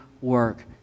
work